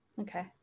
Okay